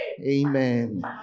Amen